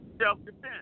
self-defense